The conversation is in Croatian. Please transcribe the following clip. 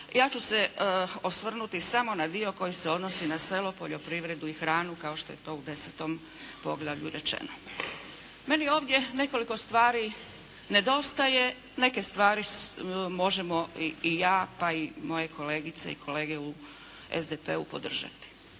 ja ću se osvrnuti samo na dio koji se odnosi na selo, poljoprivredu i hranu kao što je to u 10. poglavlju rečeno. Meni ovdje nekoliko stvari nedostaje, neke stvari možemo i ja, pa i moje kolegice i kolege u SDP-u podržati.